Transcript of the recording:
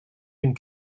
une